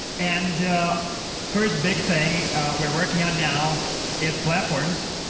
and first big thing we're working on now is platforms,